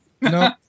no